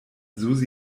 susi